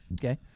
okay